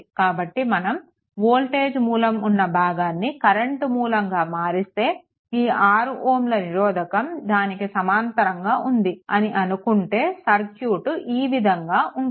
కాబట్టి మనం వోల్టేజ్ మూలం ఉన్న భాగాన్ని కరెంట్ మూలంగా మారిస్తే ఈ 6 Ω నిరోధకం దానికి సమాంతరంగా ఉంది అని అనుకుంటే సర్క్యూట్ ఈ విధంగా ఉంటుంది